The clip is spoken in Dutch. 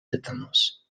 tetanus